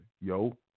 yo